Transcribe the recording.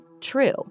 true